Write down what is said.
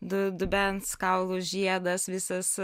dubens kaulų žiedas visas